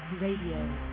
Radio